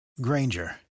Granger